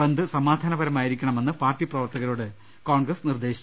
ബന്ദ് സമാധാനപരമാ യിരിക്കണമെന്ന് പാർട്ടി പ്രവർത്തകരോട് കോൺഗ്രസ് നിർദ്ദേശിച്ചു